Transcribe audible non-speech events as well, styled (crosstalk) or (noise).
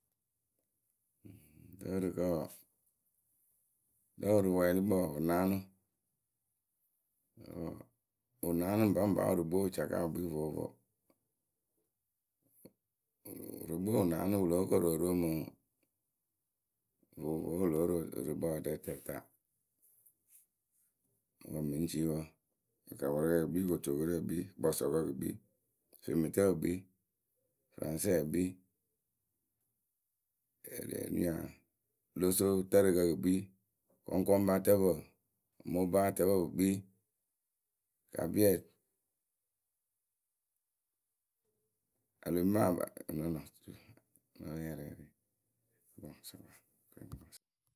Rɨ ǝrɨkǝ wǝǝ lǝ ǝrɨwɛɛlɩkpǝ wǝǝ wɨ naanɨ wɨ naanɨ ŋpaŋpa wɨrɨkpǝ wɨ caka wɨ kpii vovo., (hesitation) wɨrɨkpǝ we wɨ naanɨ wɨ lóo koru oro mɨŋ wɨ lóo ro wɨrɨkpǝ adɛ tǝta wǝǝ mɨ ŋ́ cii wǝǝ. kɨkapɔrɛkǝ kɨtokolikǝ kɨ kpii kɨkpɔsɔkǝ kɨ kpii femetǝkǝ kɨ kpii fɨraŋsɛ kpii (hesitation) losotǝrɨkǝ kɨ kpii, kɔŋkoŋbatǝpǝ mobatǝpǝ pɨ kpii kabiɛ a lóo mɨŋ wǝǝ, (unintelligible)